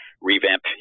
revamp